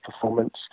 performance